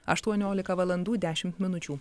aštuoniolika valandų dešimt minučių